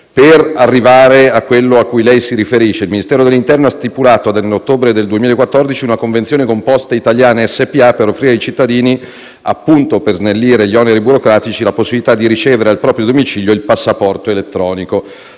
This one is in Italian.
Tornando al tema cui lei si riferisce, il Ministero dell'interno ha stipulato nell'ottobre del 2014 una convenzione con Posteitaliane SpA per offrire ai cittadini, appunto per snellire gli oneri burocratici, la possibilità di ricevere al proprio domicilio il passaporto elettronico.